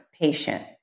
patient